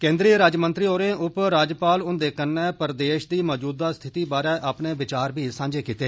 केन्द्री राज्यमंत्री होरें उप राज्यपाल हुन्दे कन्ने प्रदेश दी मौजूदा स्थिति बारै अपने विचार बी सांझे कीते